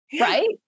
right